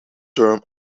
term